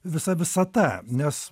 visa visata nes